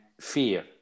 fear